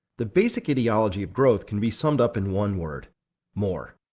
the basic ideology of growth can be summed up in one word more.